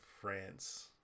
france